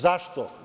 Zašto?